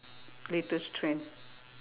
latest trend